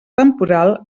temporal